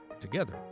Together